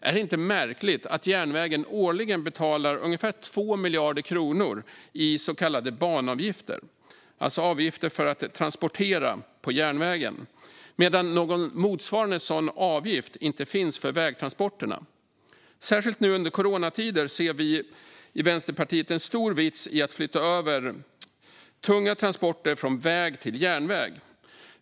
Är det inte märkligt att järnvägen årligen betalar ungefär 2 miljarder kronor i så kallade banavgifter, alltså avgifter för att transportera på järnvägen, medan någon motsvarande avgift inte finns för vägtransporterna? Särskilt nu under coronatider ser vi i Vänsterpartiet en stor vits med att flytta över tunga transporter från väg till järnväg.